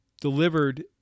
delivered